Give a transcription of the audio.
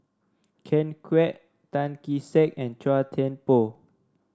Ken Kwek Tan Kee Sek and Chua Thian Poh